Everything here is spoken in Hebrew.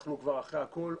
אנחנו כבר אחרי הכול,